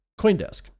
Coindesk